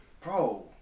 Bro